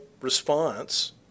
response